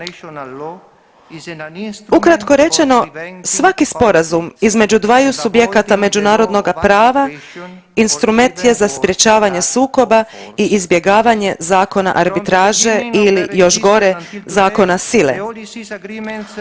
Ukratko rečeno svaki sporazum između dvaju subjekata međunarodnoga prava instrument je za sprječavanje sukoba i izbjegavanje zakona arbitraže ili još gore Zakona sile.